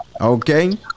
okay